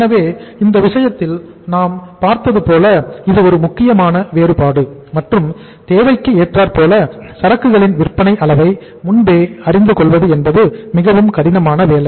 எனவே இந்த விஷயத்தில் நாம் பார்த்தது போல இது ஒரு முக்கியமான வேறுபாடு மற்றும் தேவைக்கு ஏற்றாற் போல சரக்குகளின் விற்பனை அளவை முன்பே அறிந்து கொள்வது என்பது மிகவும் கடினமான வேலை